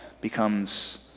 becomes